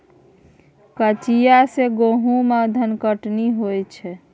कचिया सँ गहुम आ धनकटनी होइ छै